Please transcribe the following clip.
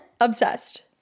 Obsessed